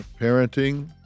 parenting